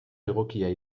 egokia